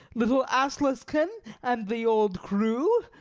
little aslaksen and the old crew,